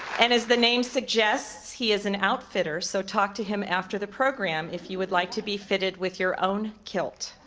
and as the name suggests, he is an outfitter, so talk to him after the program if you would like to be fitted with your own kilt.